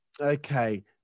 okay